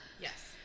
yes